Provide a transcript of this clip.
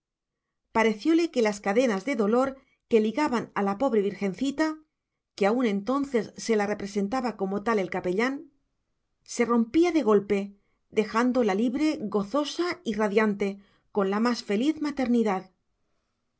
absoluti parecióle que las cadenas de dolor que ligaban a la pobre virgencita que aún entonces se la representaba como tal el capellán se rompían de golpe dejándola libre gozosa y radiante con la más feliz maternidad